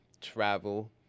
travel